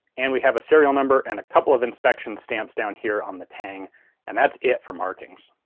and we have a serial number and a couple of inspection stamps down here on the tang and that's it for markings.